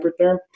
Hypertherm